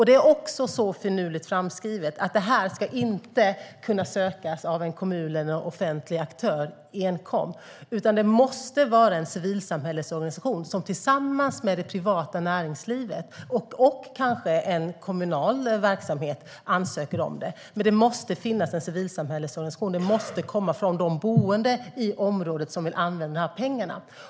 Det är så finurligt skrivet att medlen inte ska kunna sökas enkom av en kommun eller en offentlig aktör, utan det måste vara en civilsamhällesorganisation som ansöker om det tillsammans med det privata näringslivet och kanske en kommunal verksamhet. Det måste finnas med en civilsamhällesorganisation, och det måste komma från boende i området som vill använda pengarna.